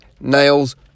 nails